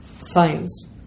science